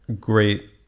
great